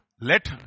let